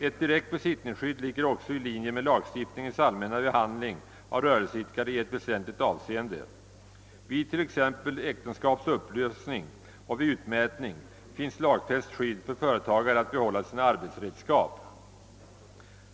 Ett direkt besittningsskydd ligger också i linje med lagstiftningens allmänna behandling av rörelseidkare i ett väsentligt avseende. Vid t.ex. äktenskaps upplösning och vid utmätning finns lagfäst rätt för företagare att behålla sina arbetsredskap.